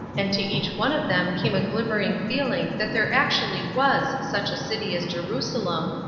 and to each one of them came a glimmering feeling that there actually was such a city as jerusalem,